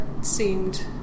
seemed